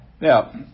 Now